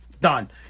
Done